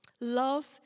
love